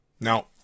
now